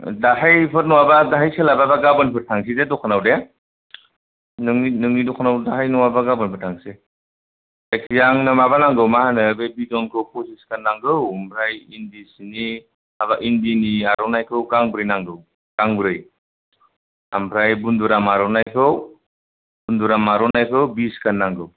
दाहायफोर नङाबा दाहाय सोलाबाबा गाबोनफोर थांसै दे दखानाव दे नोंनि दखानाव दाहाय नङाबा गाबोनफोर थांसै जायखिजाया आंनो माबा नांगौ मा होनो बे बिदनखौ पसिस्ता नांगौ ओमफ्राय इन्दि सिनि इन्दिनि आरनाइखौ गांब्रै नांगौ गांब्रै ओमफ्राय बन्धुराम आर'नाइखौ बिसखान नांगौ